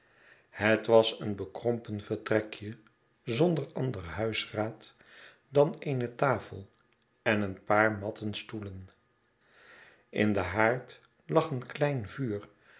het was een bekrompen vertrekje zonder ander huisraad dan eene tafel en een paar matten stoelen in den haard lag een klein vuur